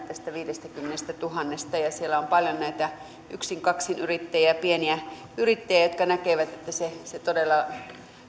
tästä viidestäkymmenestätuhannesta siellä on paljon näitä yksin kaksinyrittäjiä ja pieniä yrittäjiä jotka näkevät että se todella